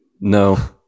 No